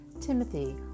Timothy